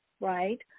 right